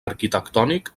arquitectònic